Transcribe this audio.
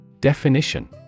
Definition